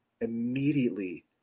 immediately